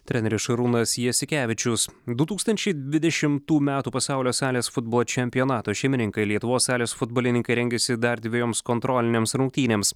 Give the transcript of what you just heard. treneris šarūnas jasikevičius du tūkstančiai dvidešimtų metų pasaulio salės futbolo čempionato šeimininkai lietuvos salės futbolininkai rengiasi dar dvejoms kontrolinėms rungtynėms